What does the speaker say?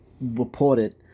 reported